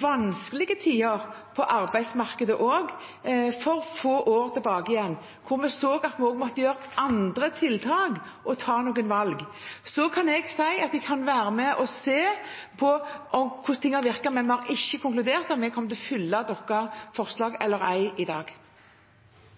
vanskelige tiår på arbeidsmarkedet – for få år siden – da vi så at vi også måtte sette inn andre tiltak og ta noen valg. Jeg kan si at jeg kan være med og se på hvordan ting har virket, men vi har ikke konkludert med hensyn til om vi i dag kommer til å følge SVs forslag